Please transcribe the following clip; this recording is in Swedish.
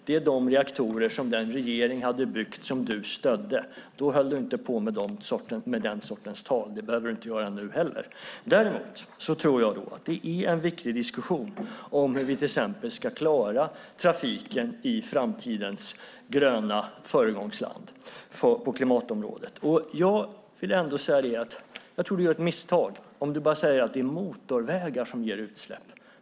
Det är de reaktorer som den regering hade byggt som du stödde. Då höll du inte på med den sortens tal. Det behöver du inte göra nu heller. Däremot är det en viktig diskussion om hur vi till exempel ska klara trafiken i framtidens gröna föregångsland på klimatområdet. Jag vill ändå säga att du gör ett misstag om du säger att det är motorvägar som ger utsläpp.